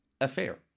Affair